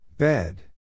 Bed